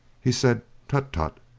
he said tut, tut,